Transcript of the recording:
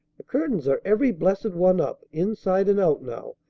the curtains are every blessed one up, inside and out, now